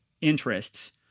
interests